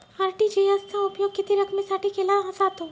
RTGS चा उपयोग किती रकमेसाठी केला जातो?